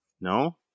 No